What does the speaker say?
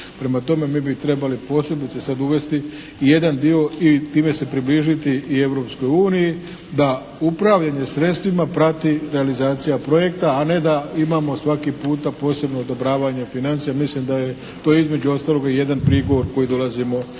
Prema tome mi bi trebali posebice sad uvesti i jedna dio i time se približiti i Europskoj uniji da upravljanje sredstvima prati realizacija projekta, a ne da imamo svaki puta posebno odobravanje financija. Mislim da je to između ostaloga i jedan prigovor koji dolazimo,